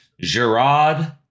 Gerard